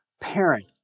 parent